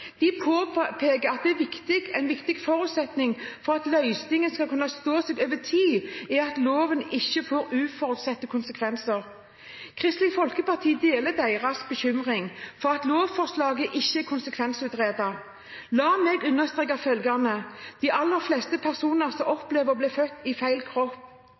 De påpeker at en viktig forutsetning for at løsningen skal kunne stå seg over tid, er at loven ikke får uforutsette konsekvenser. Kristelig Folkeparti deler deres bekymring over at lovforslaget ikke er konsekvensutredet. La meg understreke følgende: De aller fleste personer som opplever å bli født i feil kropp,